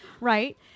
right